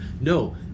No